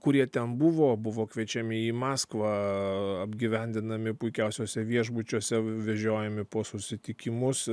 kurie ten buvo buvo kviečiami į maskvą apgyvendinami puikiausiuose viešbučiuose vežiojami po susitikimus